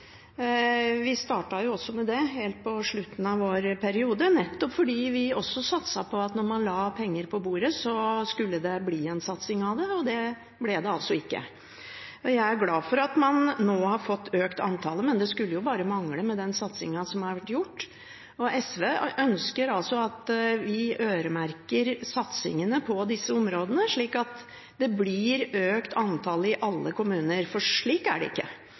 vi ønsker øremerking på disse områdene. Vi startet med det helt på slutten av vår periode nettopp fordi vi satset på at når man la penger på bordet, skulle det bli en satsing av det. Det ble det altså ikke. Jeg er glad for at man nå har fått økt antallet, men det skulle jo bare mangle med den satsingen som har vært. SV ønsker altså at vi øremerker satsingene på disse områdene, slik at det blir økt antall i alle kommuner, for slik er det ikke.